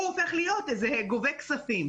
שהוא הופך להיות גובה כספים.